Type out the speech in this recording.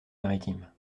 maritime